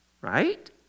right